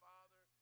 Father